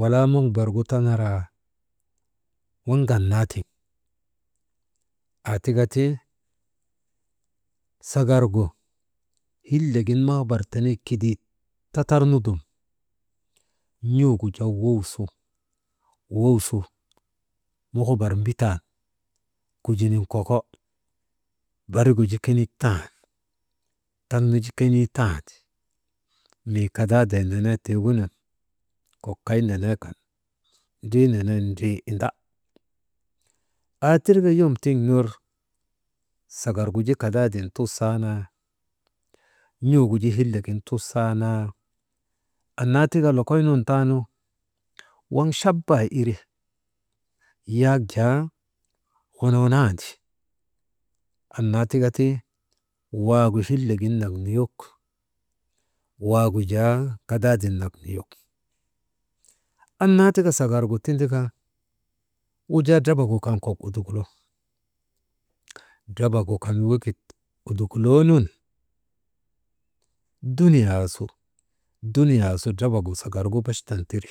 walaa muubargu tanaraa, waŋ ŋanaatiŋ annaa tika ti sagargu hilegin maabar tenegu kidii tatarnudum n̰ugu jaa waw su waw su, muhubar mbitan kujinin koko, barigu ju kenik tan taŋ nu ji kenii tan mii kadaadee nenee tigunun kok kay neneekan drinenee drii inda aa tirka yom tiŋ ner sagarguju kadaaden tusaanaa, n̰uguju kadaden tusanaa, annaa tika lokoy nun taanu waŋ chaba ire, yak jaa wonoonandi, anna tika ti waagu hiilek gin nak nuyok waagu jaa kadaadin nak nuyok, annaa tika sagargu tindika, wujaa drabagu kan kok udukulo, drabagukan weki udukuloonun dunuyaa su, dunuyaa su drabagu sagargu bachtan tiri.